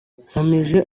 nkomeje